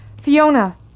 Fiona